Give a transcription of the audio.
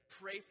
pray